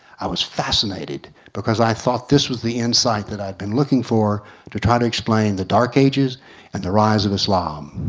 i was fascinated because i thought this was the insight that i'd been looking for to try to explain the dark ages and the rise of islam.